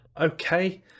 okay